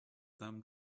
them